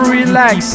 relax